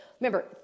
Remember